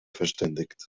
verständigt